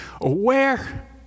aware